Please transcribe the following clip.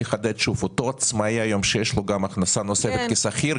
אותו עצמאי שיש לו הכנסה נוספת כשכיר,